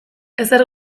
ezer